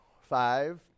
Five